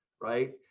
Right